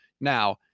Now